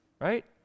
right